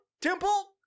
Temple